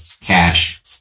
cash